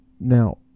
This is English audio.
Now